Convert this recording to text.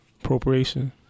appropriation